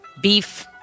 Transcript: beef